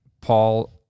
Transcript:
Paul